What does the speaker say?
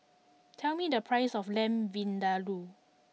tell me the price of Lamb Vindaloo